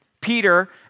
Peter